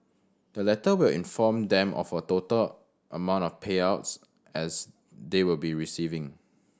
the letter will inform them of a total amount of payouts as they will be receiving